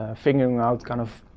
ah figuring out kind of